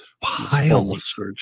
Piles